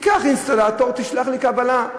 תיקח אינסטלטור, תשלח לי קבלה.